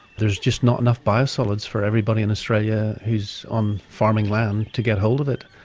there's just not enough biosolids for everybody in australia who's on farming land to get hold of it.